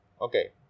Okay